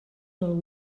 del